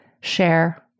share